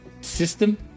system